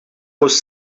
was